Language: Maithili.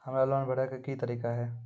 हमरा लोन भरे के की तरीका है?